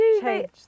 change